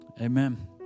amen